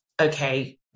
okay